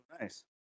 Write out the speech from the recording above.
Nice